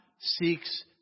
seeks